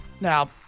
Now